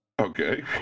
Okay